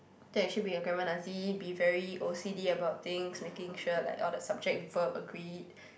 to actually be a grammar Nazi be very o_c_d about things making sure like all the subject verb agreed